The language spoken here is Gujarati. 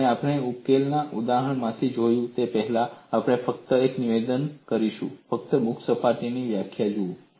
અને આપણે ઉકેલના ઉદાહરણમાંથી જોઈએ તે પહેલાં આપણે ફક્ત એક નિવેદન કરીશું મુક્ત સપાટીની વ્યાખ્યા શું છે